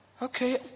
Okay